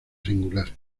singular